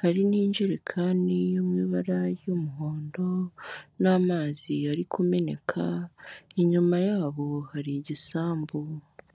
hari n'injerekani yo mu ibara y'umuhondo n'amazi ari kumeneka, inyuma yabo hari igisambu.